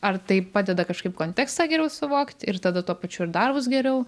ar tai padeda kažkaip kontekstą geriau suvokt ir tada tuo pačiu ir darbus geriau